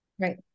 Right